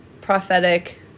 prophetic